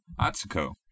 Atsuko